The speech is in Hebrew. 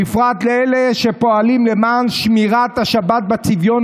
בפרט לאלה שפועלים למען שמירת השבת בצביון